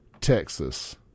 Texas